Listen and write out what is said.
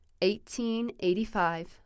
1885